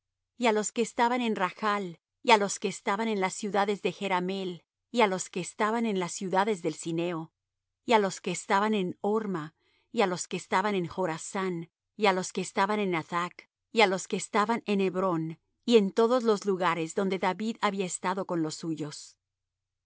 y á los que estaban en rachl y á los que estaban en las ciudades de jerameel y á los que estaban en las ciudades del cineo y á los que estaban en horma y á los que estaban en chrasán y á los que estaban en athach y á los que estaban en hebrón y en todos los lugares donde david había estado con los suyos